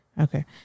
Okay